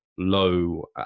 low